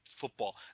football